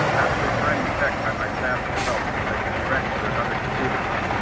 after a final check by my staff consultant, i shall be ready for another computer run.